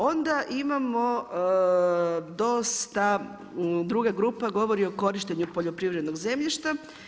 Onda imamo dosta druga grupa govori o korištenju poljoprivrednog zemljišta.